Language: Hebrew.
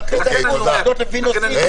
ואז: הוועדות לפי נושאים.